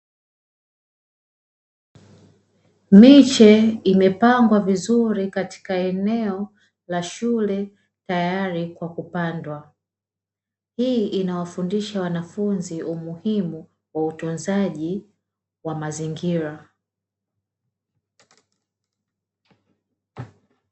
Miche imepangwa vizuri katika eneo la shule, tayari kwa kupandwa. Hii inawafundisha wanafunzi umuhimu wa utunzaji wa mazingira.